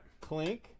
Clink